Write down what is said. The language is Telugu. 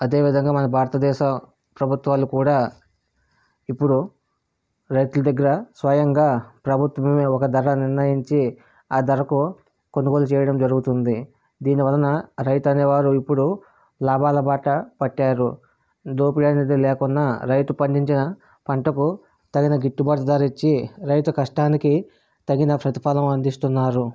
అదేవిధంగా మన భారతదేశ ప్రభుత్వాలు కూడా ఇప్పుడు రైతుల దగ్గర స్వయంగా ప్రభుత్వమే ఒక ధర నిర్ణయించి ఆ ధరకు కొనుగోలు చేయడం జరుగుతుంది దీనివలన రైతు అనేవారు ఇప్పుడు లాభాల బాట పట్టారు దోపిడి అనేది లేకున్నా రైతు పండించిన పంటకు తగిన గిట్టుబాటు ధర ఇచ్చి రైతు కష్టానికి తగిన ప్రతిఫలం అందిస్తున్నారు